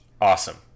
Awesome